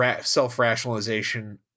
self-rationalization